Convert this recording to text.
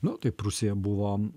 nu tao prūsija buvo